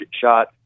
shot